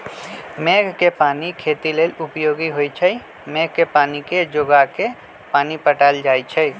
मेघ कें पानी खेती लेल उपयोगी होइ छइ मेघ के पानी के जोगा के पानि पटायल जाइ छइ